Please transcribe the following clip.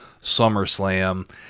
SummerSlam